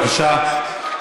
בבקשה.